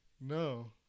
no